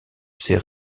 ses